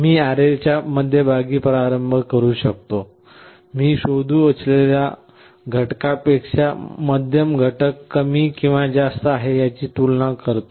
मी अॅरेच्या मध्यभागी प्रारंभ करू शकतो मी शोधू इच्छित असलेल्या घटकापेक्षा मध्यम घटक कमी किंवा जास्त आहे याची तुलना करतो